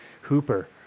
Hooper